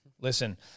Listen